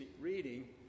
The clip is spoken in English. reading